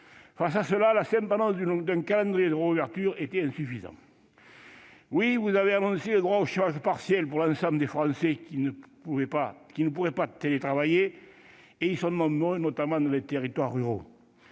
Face à cela, la simple annonce d'un calendrier de réouverture est insuffisante. Oui, vous avez annoncé le droit au chômage partiel pour l'ensemble des Français qui ne pourraient pas télétravailler, et ils sont nombreux, notamment dans les territoires ruraux.